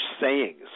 sayings